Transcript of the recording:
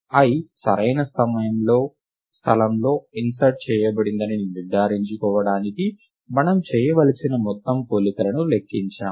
i సరైన స్థలంలో insert చేయబడిందని నిర్ధారించుకోవడానికి మనము చేయవలసిన మొత్తం పోలికలను లెక్కించాము